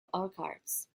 orchards